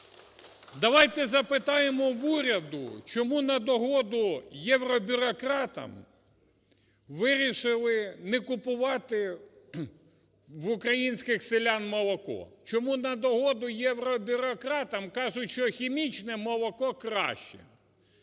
Давайте запитаємо в уряду: чому на догоду євробюрократам вирішили не купувати в українських селян молоко. Чому на догоду євробюрократам кажуть, що хімічне молока краще?